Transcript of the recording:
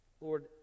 Lord